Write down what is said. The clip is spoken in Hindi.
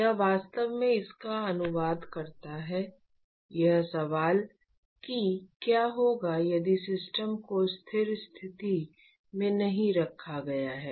यह वास्तव में इसका अनुवाद करता है यह सवाल कि क्या होगा यदि सिस्टम को स्थिर स्थिति में नहीं रखा गया है